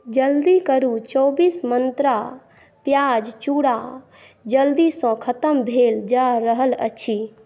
जल्दी करू चौबीस मन्त्रा प्याज चूड़ा जल्दीसँ खतम भेल जा रहल अछि